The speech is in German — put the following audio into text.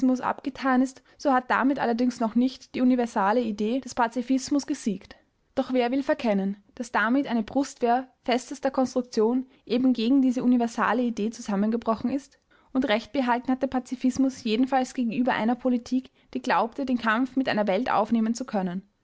abgetan ist so hat damit allerdings noch nicht die universale idee des pazifismus gesiegt doch wer will verkennen daß damit eine brustwehr festester konstruktion eben gegen diese universale idee zusammengebrochen ist und recht behalten hat der pazifismus jedenfalls gegenüber einer politik die glaubte den kampf mit einer welt aufnehmen zu können